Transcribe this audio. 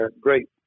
great